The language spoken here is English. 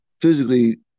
physically